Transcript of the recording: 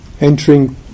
entering